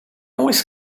always